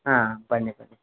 ಹಾಂ ಬನ್ನಿ ಬನ್ನಿ